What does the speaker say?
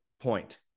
point